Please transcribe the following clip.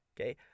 okay